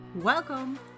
Welcome